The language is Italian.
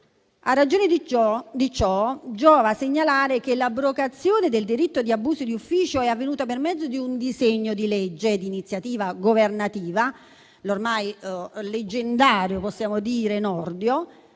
A ragione di ciò, giova segnalare che l'abrogazione del delitto di abuso di ufficio è avvenuta per mezzo di un disegno di legge di iniziativa governativa, precisamente da parte dell'ormai